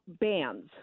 bands